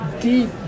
deep